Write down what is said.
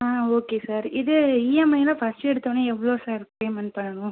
ஆ okay sir இது இஎம்ஐனா first எடுத்தவொடன்னே எவ்வளோ சார் பேமெண்ட் பண்ணணும்